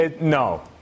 no